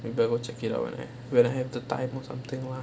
I will go check it out when I when I have the time or something lah